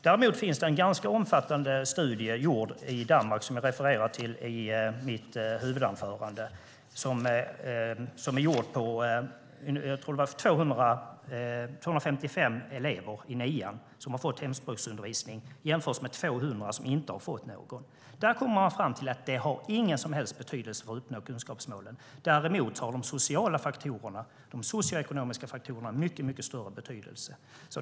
Däremot finns det en ganska omfattande studie gjord i Danmark som jag refererade till i mitt huvudanförande. 255 elever i nian som har fått hemspråksundervisning jämförs med 200 som inte har fått någon. Där kom man fram till att det inte har någon som helst betydelse för att uppnå kunskapsmålen. Däremot har de sociala och socioekonomiska faktorerna mycket stor betydelse.